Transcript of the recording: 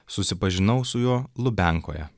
susipažinau su juo lubiankoje